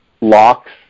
locks